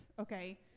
okay